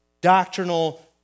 doctrinal